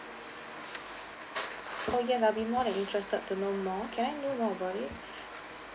oh yes I'll be more than interested to know more can I know more about it